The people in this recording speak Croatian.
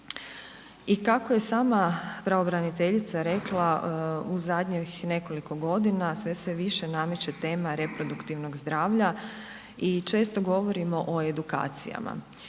I kako je sama pravobraniteljica rekla, u zadnjih nekoliko godina sve se više nameće tema reproduktivnog zdravlja i često govorimo o edukacijama.